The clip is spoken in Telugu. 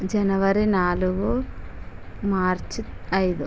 జనవరి నాలుగు మార్చ్ ఐదు